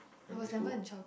primary school